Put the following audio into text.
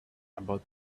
about